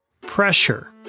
pressure